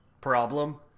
problem